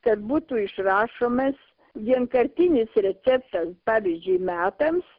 kad būtų išrašomas vienkartinis receptas pavyzdžiui metams